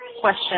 question